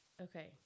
okay